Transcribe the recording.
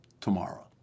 tomorrow